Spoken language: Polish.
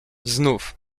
znów